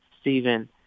Stephen